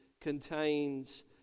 contains